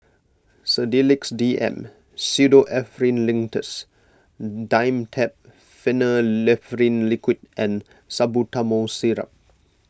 Sedilix D M Pseudoephrine Linctus Dimetapp Phenylephrine Liquid and Salbutamol Syrup